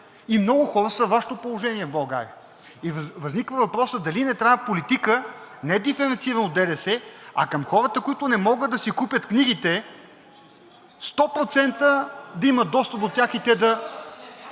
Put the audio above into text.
Много хора са във Вашето положение в България. Възниква въпросът: дали не трябва политика, не диференцирано ДДС, към хората, които не могат да си купят книгите – 100% да имат достъп до тях? (Реплика